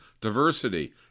Diversity